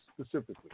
specifically